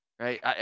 right